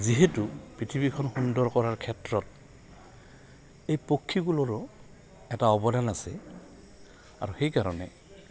যিহেতু পৃথিৱীখন সুন্দৰ কৰাৰ ক্ষেত্ৰত এই পক্ষীকুলৰো এটা অৱদান আছে আৰু সেইকাৰণে